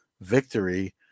Victory